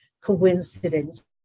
coincidence